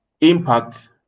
impact